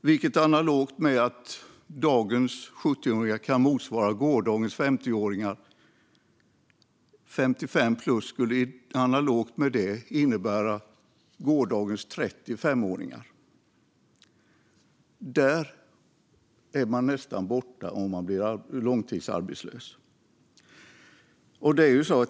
Dagens 70-åringar kan ju sägas motsvara gårdagens 50-åringar, och analogt med det är dagens 55-plussare gårdagens 35-åringar. Och där är man nästan borta om man blir långtidsarbetslös.